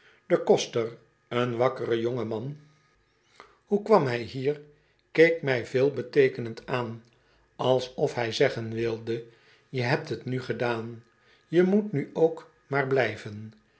de koster een wakkere jonge man hoe kwam hij hier keek mij veelbeteekenend aan alsof hij zeggen wilde je hebt t nu gedaan je moet nu ook maar blijven